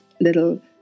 little